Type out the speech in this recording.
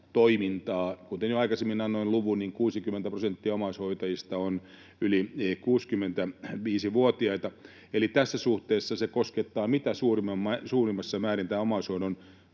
toimintaa: kuten jo aikaisemmin annoin luvun, niin 60 prosenttia omaishoitajista on yli 65-vuotiaita. Eli tässä suhteessa se koskettaa mitä suurimmassa määrin, tämä omaishoidon